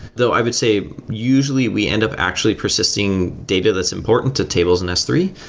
though i would say usually we end up actually persisting data that's important to tables in s three.